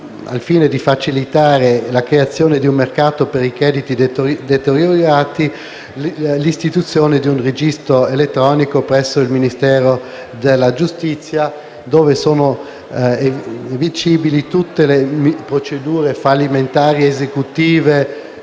al fine di facilitare la creazione di un mercato per i crediti deteriorati, si prevede l'istituzione di un registro elettronico presso il Ministero della giustizia, dove sono evincibili tutte le procedure fallimentari esecutive